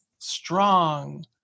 strong